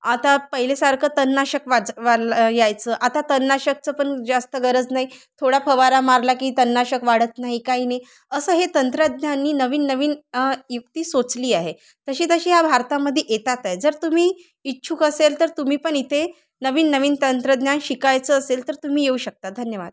आता पहिलेसारखं तणनाशक वाज वाला यायचं आता तणनाशकाचं पण जास्त गरज नाही थोडा फवारा मारला की तणनाशक वाढत नाही काही नाही असं हे तंत्रज्ञाननी नवीन नवीन युक्ती सोचली आहे तशी तशी याा भारतामध्ये येतात आहे जर तुम्ही इच्छुक असेल तर तुम्ही पण इथे नवीन नवीन तंत्रज्ञान शिकायचं असेल तर तुम्ही येऊ शकता धन्यवाद